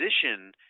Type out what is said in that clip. position